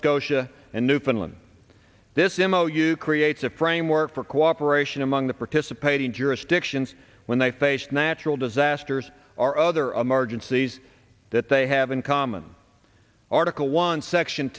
scotia and newfoundland this him oh you creates a framework for cooperation among the participating jurisdictions when they face natural disasters are other a margin sees that they have in common article one section